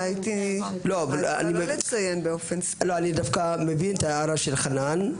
אני דווקא מבין את ההערה של חנן.